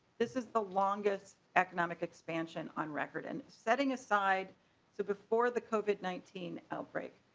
this is the longest economic expansion on record and setting aside so before the covid nineteen outbreak.